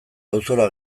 auzora